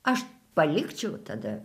aš palikčiau tada